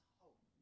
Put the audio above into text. hope